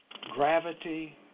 gravity